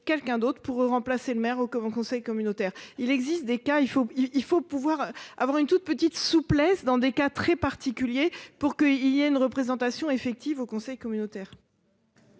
quelqu'un d'autre pour remplacer le maire ou comment conseil communautaire, il existe des cas il faut il faut pouvoir avoir une toute petite souplesse dans des cas très particuliers pour que il y a une représentation effective au conseil communautaire.